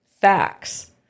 facts